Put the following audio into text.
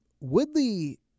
Woodley